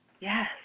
Yes